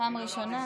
פעם ראשונה,